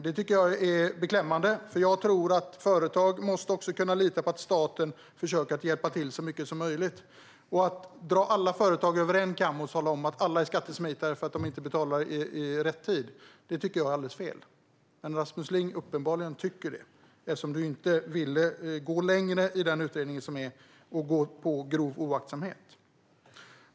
Det tycker jag är beklämmande, för företag måste kunna lita på att staten försöker hjälpa till så mycket som möjligt. Att dra alla företagare över en kam och tala om att alla är skattesmitare därför att de inte betalar i rätt tid tycker jag är alldeles fel. Men det tycker uppenbarligen inte Rasmus Ling, eftersom han inte ville gå längre i utredningen och gå på grov oaktsamhet.